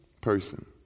person